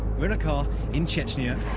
we're in a car in chechnya,